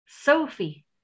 Sophie